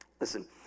listen